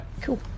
cool